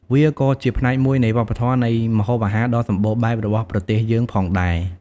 វាក៏ជាផ្នែកមួយនៃវប្បធម៌នៃម្ហូបអាហារដ៏សម្បូរបែបរបស់ប្រទេសយើងផងដែរ ។